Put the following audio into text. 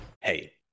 Hey